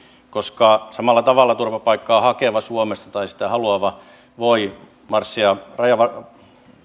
koska samalla tavalla turvapaikkaa hakeva tai sitä haluava suomessa voi marssia rajavartijan